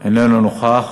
איננו נוכח.